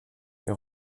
elle